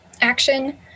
action